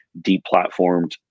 deplatformed